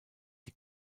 die